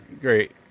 great